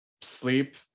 sleep